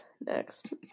next